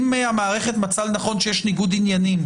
אם המערכת מצאה לנכון שיש ניגוד עניינים,